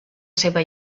seva